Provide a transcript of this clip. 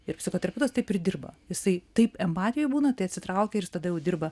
ir psichoterapeutas taip ir dirba jisai taip empatijoj būna tai atsitraukia ir jis tada jau dirba